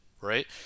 right